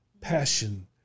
passion